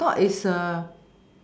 I thought it's a